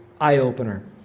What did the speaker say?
eye-opener